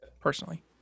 personally